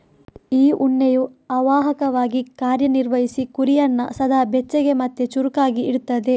ಈ ಉಣ್ಣೆಯು ಅವಾಹಕವಾಗಿ ಕಾರ್ಯ ನಿರ್ವಹಿಸಿ ಕುರಿಯನ್ನ ಸದಾ ಬೆಚ್ಚಗೆ ಮತ್ತೆ ಚುರುಕಾಗಿ ಇಡ್ತದೆ